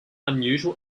unusual